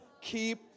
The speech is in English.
keep